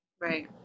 Right